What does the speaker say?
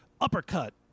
uppercut